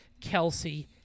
Kelsey